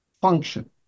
function